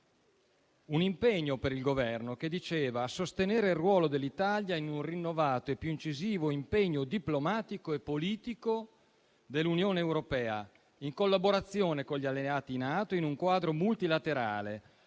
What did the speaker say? un impegno per il Governo, che così recitava: «a sostenere il ruolo dell'Italia in un rinnovato e più incisivo impegno diplomatico e politico dell'Unione europea, in collaborazione con gli alleati NATO e in un quadro multilaterale,